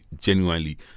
genuinely